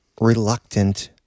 reluctant